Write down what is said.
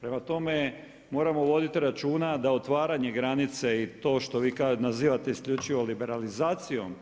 Prema tome, moramo voditi računa da otvaranje granice i to što vi nazivate isključivo liberalizacijom